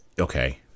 Okay